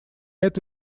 это